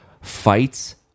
fights